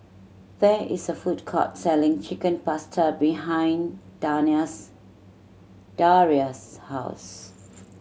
there is a food court selling Chicken Pasta behind Daria's house